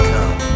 Come